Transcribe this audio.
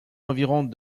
environs